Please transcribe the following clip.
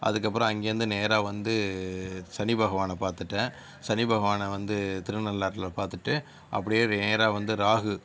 அதுக்கப்புறம் அங்கேருந்து நேராக வந்து சனி பகவானை பார்த்துட்டேன் சனி பகவானை வந்து திருநள்ளாறில் பார்த்துட்டு அப்படியே நேராக வந்து ராகு